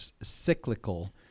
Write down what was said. cyclical